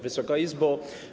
Wysoka Izbo!